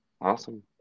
awesome